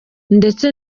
ndetse